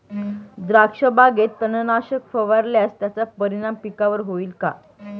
द्राक्षबागेत तणनाशक फवारल्यास त्याचा परिणाम पिकावर होईल का?